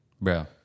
bro